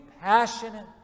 passionate